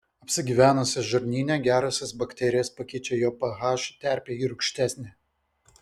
apsigyvenusios žarnyne gerosios bakterijos pakeičia jo ph terpę į rūgštesnę